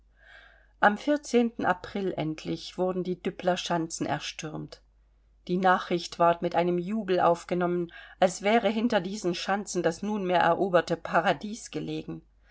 am april endlich wurden die düppeler schanzen erstürmt die nachricht ward mit einem jubel aufgenommen als wäre hinter diesen schanzen das nunmehr eroberte paradies gelegen